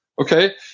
Okay